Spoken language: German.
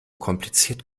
kompliziert